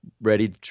ready